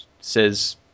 says